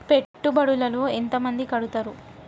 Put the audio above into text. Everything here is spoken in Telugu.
పెట్టుబడుల లో ఎంత మంది కడుతరు?